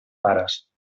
pares